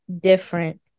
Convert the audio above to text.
different